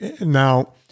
now